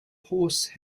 horse